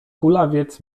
kulawiec